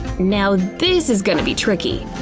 now this is gonna be tricky.